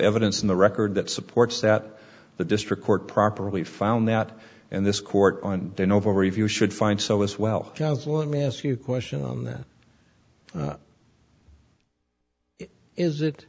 evidence in the record that supports that the district court properly found that and this court on the novo review should find so as well john's let me ask you a question on that is it